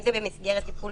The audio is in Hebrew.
אם זה במסגרת טיפול